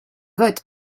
votes